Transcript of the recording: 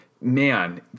man